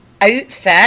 outfit